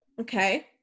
okay